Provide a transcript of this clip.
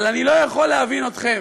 אבל אני לא יכול להבין אתכם,